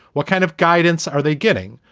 what kind of guidance are they getting?